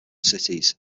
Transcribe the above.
cities